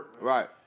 Right